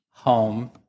home